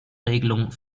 regelung